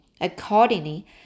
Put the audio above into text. Accordingly